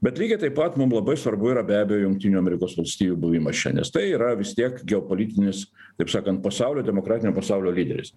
bet lygiai taip pat mum labai svarbu yra be abejo jungtinių amerikos valstijų buvimas čia nes tai yra vis tiek geopolitinis taip sakant pasaulio demokratinio pasaulio lyderis